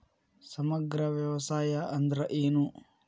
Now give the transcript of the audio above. ಸಮಗ್ರ ವ್ಯವಸಾಯ ಅಂದ್ರ ಏನು?